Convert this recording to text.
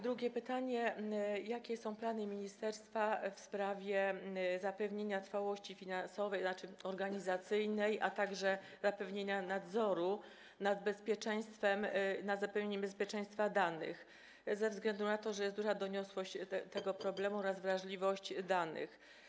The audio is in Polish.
Drugie pytanie: Jakie są plany ministerstwa w sprawie zapewnienia trwałości finansowej, to znaczy organizacyjnej, a także zagwarantowania nadzoru nad zapewnianiem bezpieczeństwa danych ze względu na to, że jest duża doniosłość tego problemu oraz wrażliwość danych?